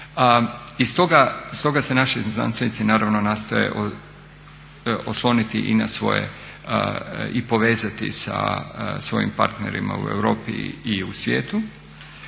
I stoga se naši znanstvenici naravno nastoje osloniti i na svoje i povezati sa svojim partnerima u Europi i u svijetu.